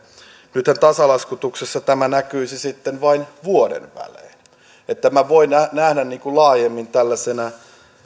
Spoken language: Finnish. nythän tasalaskutuksessa tämä näkyisi sitten vain vuoden välein eli tämän voin nähdä laajemmin tällaisena